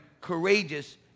courageous